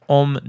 om